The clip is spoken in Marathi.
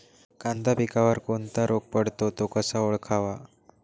कांदा पिकावर कोणता रोग पडतो? तो कसा ओळखावा?